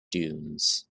dunes